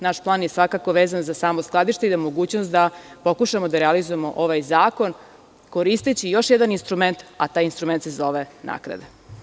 Naš plan je svakako vezan za samo skladište i za mogućnost da pokušamo da realizujemo ovaj zakon, koristeći još jedan instrument, a taj instrument se zove naknada.